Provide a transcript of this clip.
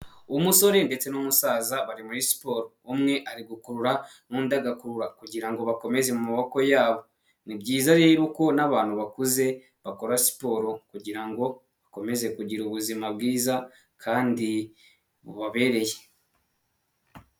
Umusore ndetse n'umusaza bari muri siporo, umwe ari gukurura n'undi agakurura kugirango bakomeze mu maboko yabo, ni byiza rero uko n'abantu bakuze bakora siporo kugira ngo bakomeze kugira ubuzima bwiza kandi bubabereye.